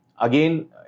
Again